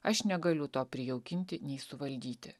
aš negaliu to prijaukinti nei suvaldyti